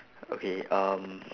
okay um